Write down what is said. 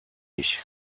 ich